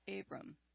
Abram